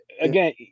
again